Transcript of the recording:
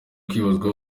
kwibazwa